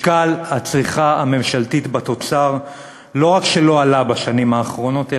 משקל הצריכה הממשלתית בתוצר לא רק שלא עלה בשנים האחרונות,